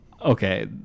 Okay